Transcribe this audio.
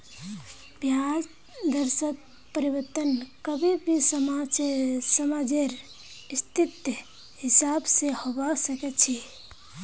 ब्याज दरत परिवर्तन कभी भी समाजेर स्थितिर हिसाब से होबा सके छे